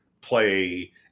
play